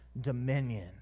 dominion